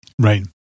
Right